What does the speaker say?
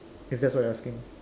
if that's what you're asking